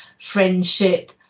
friendship